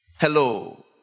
hello